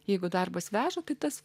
jeigu darbas veža kitas